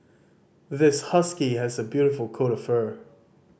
this husky has a beautiful coat of fur